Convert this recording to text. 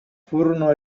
furono